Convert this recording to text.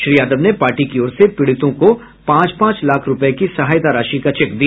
श्री यादव ने पार्टी की ओर से पीड़ितों को पांच पांच लाख रूपये की सहायता राशि का चेक दिया